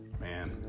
Man